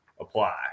apply